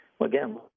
again –